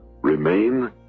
remain